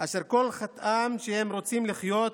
אשר כל חטאם שהם רוצים לחיות,